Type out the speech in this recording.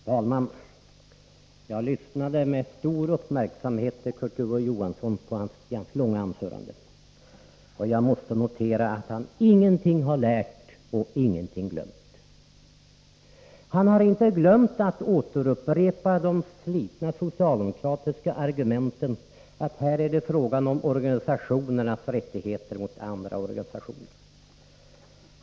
Fru talman! Jag lyssnade med stor uppmärksamhet på Kurt Ove Johanssons långa anförande. Jag måste notera att han ingenting lärt och ingenting glömt. Han har inte glömt att upprepa det slitna socialdemokratiska argumentet att det här är fråga om en organisations rättigheter mot andra organisationer.